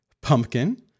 pumpkin